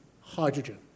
hydrogen